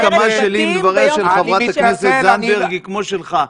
מידת ההסכמה שלי עם דבריה של חברת הכנסת זנדברג היא כמו שלך.